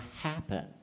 happen